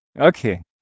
Okay